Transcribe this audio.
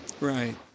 Right